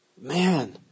Man